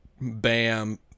Bam